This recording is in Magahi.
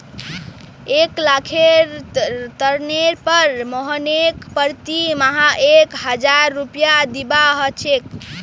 एक लाखेर ऋनेर पर मोहनके प्रति माह एक हजार रुपया दीबा ह छेक